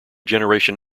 generation